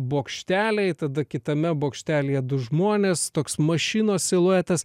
bokšteliai tada kitame bokštelyje du žmonės toks mašinos siluetas